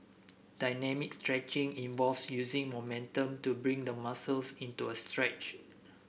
dynamic stretching involves using momentum to bring the muscles into a stretch